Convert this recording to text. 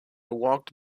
walked